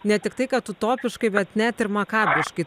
ne tiktai kad utopiškai bet net ir makabriškai